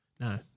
No